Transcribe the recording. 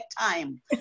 time